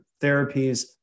therapies